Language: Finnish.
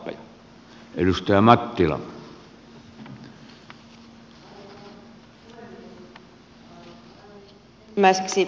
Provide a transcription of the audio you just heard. arvoisa puhemies